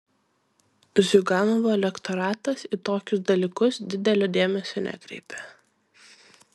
ziuganovo elektoratas į tokius dalykus didelio dėmesio nekreipia